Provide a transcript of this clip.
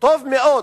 טוב מאוד